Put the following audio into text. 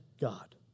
God